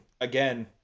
again